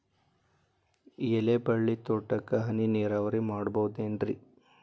ಎಲೆಬಳ್ಳಿ ತೋಟಕ್ಕೆ ಹನಿ ನೇರಾವರಿ ಮಾಡಬಹುದೇನ್ ರಿ?